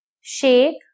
Shake